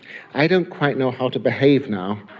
i don't quite know how to behave now